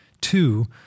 two